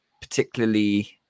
particularly